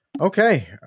okay